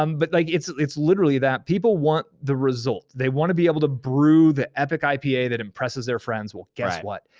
um but like it's it's literally that. people want the result. they want to be able to brew the epic ipa that impresses their friends. well, guess what?